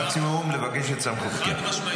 מקסימום לבקש את סמכות --- חד-משמעית.